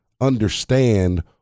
understand